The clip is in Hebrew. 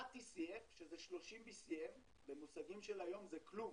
1 TCF שזה 30 BCM, במושגים של היום זה כלום,